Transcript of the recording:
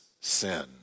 sin